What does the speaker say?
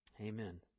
Amen